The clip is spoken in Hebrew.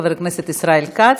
חבר הכנסת ישראל כץ.